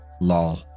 Lol